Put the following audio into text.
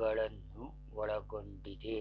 ಗಳನ್ನು ಒಳ್ಗೊಂಡಿದೆ